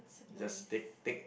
just take take